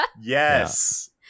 Yes